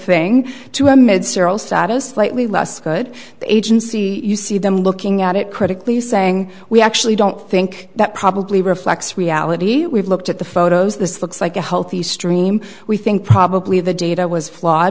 lately less good agency you see them looking at it critically saying we actually don't think that probably reflects reality we've looked at the photos this looks like a healthy stream we think probably the data was